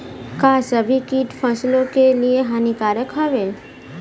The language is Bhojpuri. का सभी कीट फसलों के लिए हानिकारक हवें?